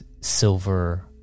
silver